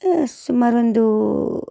ಸುಮಾರು ಒಂದು